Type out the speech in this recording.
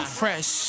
fresh